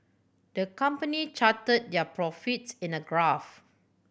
the company charted their profits in a graph